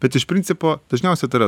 bet iš principo dažniausia tai yra